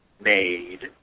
made